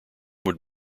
would